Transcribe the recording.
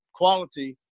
quality